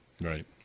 Right